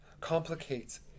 complicates